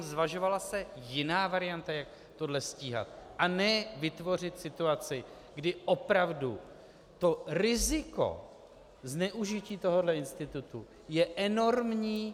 Zvažovala se jiná varianta, jak tohle stíhat, a ne vytvořit situaci, kdy opravdu to riziko zneužití tohoto institutu je enormní?